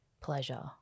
pleasure